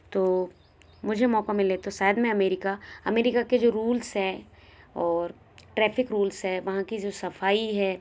तो मुझे मौका मिले तो शायद मैं अमेरिका अमेरिका के जो रूल्स है और ट्रैफिक रूल्स है वहाँ की जो सफ़ाई है